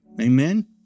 amen